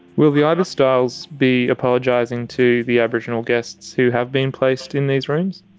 will the ibis styles be apologising to the aboriginal guests who have been placed in these rooms?